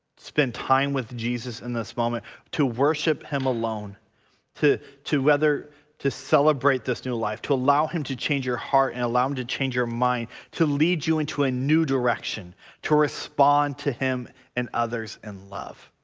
spend time with jesus in this moment to worship him alone to to whether to celebrate this new life to allow him to change your heart and allow him to change your mind to lead you into a new direction to respond to him and others in love.